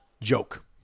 joke